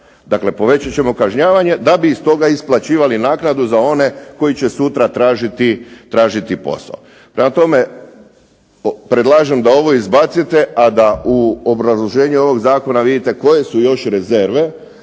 Dakle, povećat ćemo kažnjavanje da bi iz toga isplaćivali naknadu za one koji će sutra tražiti posao. Prema tome, predlažem da ovo izbacite, a da u obrazloženju ovog zakona vidite koje su još rezerve